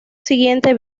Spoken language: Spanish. siguiente